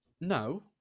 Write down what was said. No